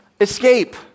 escape